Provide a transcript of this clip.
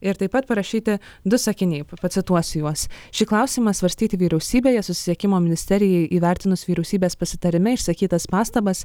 ir taip pat parašyti du sakiniai pacituosiu juos šį klausimą svarstyti vyriausybėje susisiekimo ministerijai įvertinus vyriausybės pasitarime išsakytas pastabas